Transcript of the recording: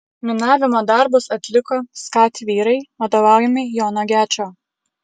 minavimo darbus atliko skat vyrai vadovaujami jono gečo